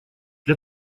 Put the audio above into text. для